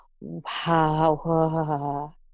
wow